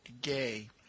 gay